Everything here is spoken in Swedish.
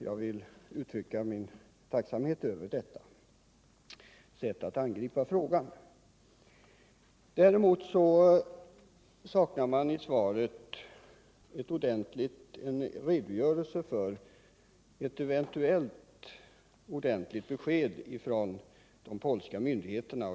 Jag vill alltså uttrycka min tacksamhet över detta sätt att angripa frågan. Däremot saknar man i svaret en redogörelse för ett eventuellt ordentligt besked från de polska myndigheterna.